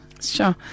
sure